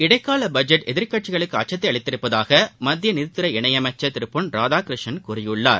இடைக்கால பட்ஜெட் எதிர்க்கட்சிகளுக்கு அச்சத்தை அளித்திருப்பதாக மத்திய நிதித்துறை இணையமைச்சர் திரு பொன் ராதாகிருஷ்ணன் கூறியிருக்கிறார்